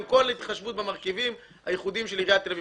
עם כל ההתחשבות במרכיבים הייחודיים של עיריית תל-אביב.